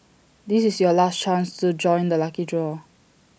this is your last chance to join the lucky draw